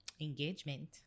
Engagement